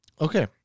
Okay